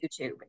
YouTube